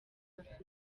afite